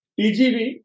TGV